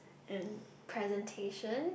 and presentation